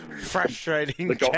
frustrating